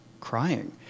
crying